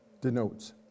denotes